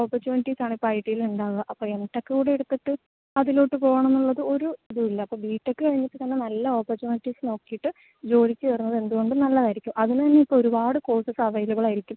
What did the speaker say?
ഓപ്പർച്യൂണിറ്റീസാണ് ഇപ്പൊൾ ഐറ്റിയിലുണ്ടാവുക അപ്പൊൾ എംടെക്കൂടെ എടുത്തിട്ട് അതിലോട്ട് പോണോന്നൊള്ളത് ഒരു ഇതുമില്ല അപ്പൊൾ ബി ടെക്ക് കഴിഞ്ഞിട്ടാണെ നല്ല ഓപ്പർച്യൂണിറ്റീസ് നോക്കീട്ട് ജോലിക്ക് കേറുന്നത് എന്തുകൊണ്ടും നല്ലതാരിക്കും അതിന് തന്നെ ഇപ്പോൾ ഒരുപാട് കോഴ്സസ് അവൈലബിൾ ആരിക്കും